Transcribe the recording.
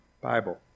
Bible